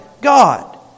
God